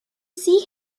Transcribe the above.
see